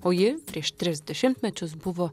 o ji prieš tris dešimtmečius buvo